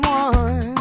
one